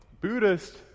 Buddhist